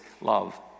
love